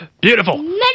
Beautiful